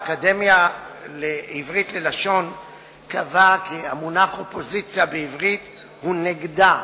האקדמיה ללשון העברית קבעה כי המונח אופוזיציה בעברית הוא "נגדה"